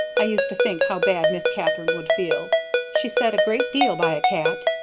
i used to think how bad miss katharine would feel she set a great deal by a cat,